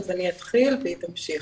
אז אני אתחיל והיא תמשיך.